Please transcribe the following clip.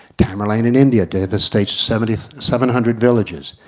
tamerlan in india devestates seven seven hundred villages.